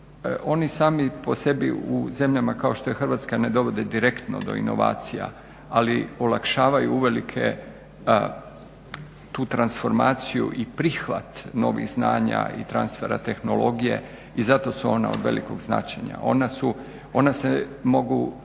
oni sami po sebi u zemljama kao što je Hrvatska ne dovode direktno do inovacija, ali olakšavaju uvelike tu transformaciju i prihvat novih znanja i transfera tehnologije i zato su ona od velikog značenja. Ona se mogu